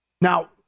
Now